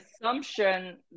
assumption